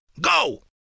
Go